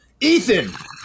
Ethan